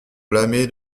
blâmé